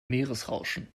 meeresrauschen